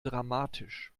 dramatisch